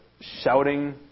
shouting